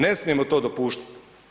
Ne smijemo to dopuštati.